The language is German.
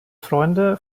freunde